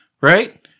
right